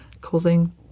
causing